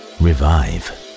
revive